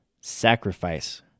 sacrifice